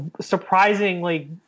Surprisingly